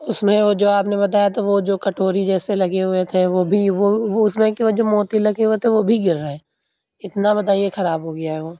اس میں وہ جو آپ نے بتایا تھا وہ جو کٹوری جیسے لگے ہوئے تھے وہ بھی وہ اس میں کے وہ جو موتی لگے ہوئے تھے وہ بھی گر رہے اتنا بتائیے خراب ہو گیا ہے وہ